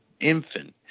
infant